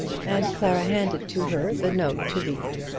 and clara handed to her the note to read.